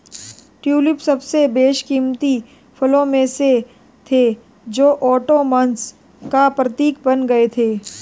tulip सबसे बेशकीमती फूलों में से थे जो ओटोमन्स का प्रतीक बन गए थे